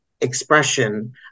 expression